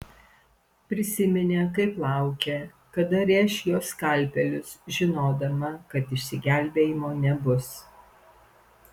prisiminė kaip laukė kada rėš jo skalpelis žinodama kad išsigelbėjimo nebus